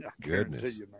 Goodness